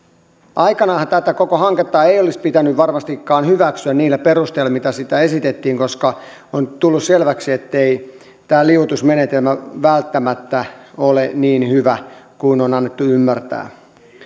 aikanaanhan tätä koko hanketta ei olisi pitänyt varmastikaan hyväksyä niillä perusteilla mitä esitettiin koska on tullut selväksi ettei tämä liuotusmenetelmä välttämättä ole niin hyvä kuin on annettu ymmärtää